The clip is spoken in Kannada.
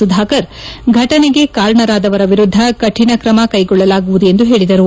ಸುಧಾಕರ್ ಫೆಟನೆಗೆ ಕಾರಣರಾದವರ ವಿರುದ್ದ ಕಠಿಣ ಕ್ರಮಕ್ಕೆಗೊಳ್ಳಲಾಗುವುದು ಎಂದು ಹೇಳಿದರು